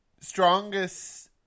strongest